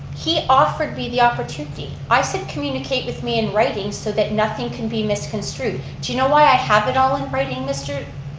he offered me the opportunity. i said communicate with me in writing so that nothing can be misconstrued. do you know why i have it all in writing, mr.